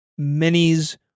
minis